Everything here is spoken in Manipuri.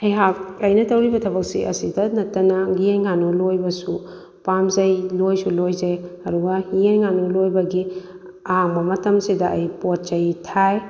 ꯑꯩꯍꯥꯛ ꯑꯩꯅ ꯇꯧꯔꯤꯕ ꯊꯕꯛꯁꯤ ꯑꯁꯤꯇ ꯅꯠꯇꯅ ꯌꯦꯟ ꯉꯥꯅꯨ ꯂꯣꯏꯕꯁꯨ ꯄꯥꯝꯖꯩ ꯂꯣꯏꯁꯨ ꯂꯣꯏꯖꯩ ꯑꯗꯨꯒ ꯌꯦꯟ ꯉꯥꯅꯨ ꯂꯣꯏꯕꯒꯤ ꯑꯍꯥꯡꯕ ꯃꯇꯝꯁꯤꯗ ꯑꯩ ꯄꯣꯠ ꯆꯩ ꯊꯥꯏ